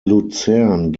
luzern